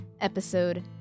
Episode